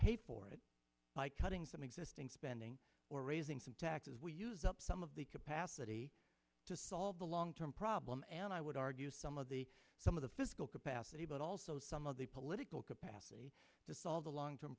pay for it by cutting some existing spending or raising some taxes we use up some of the capacity to solve the long term problem and i would argue some of the some of the physical capacity but also some of the political capacity to solve the long term